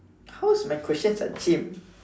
how's my questions are cheem